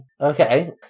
Okay